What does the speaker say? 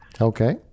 Okay